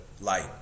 light